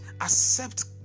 accept